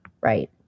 right